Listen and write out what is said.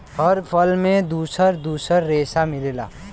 हर फल में दुसर दुसर रेसा मिलेला